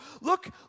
look